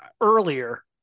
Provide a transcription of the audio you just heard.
earlier